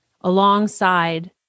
alongside